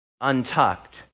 untucked